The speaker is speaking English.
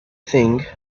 thing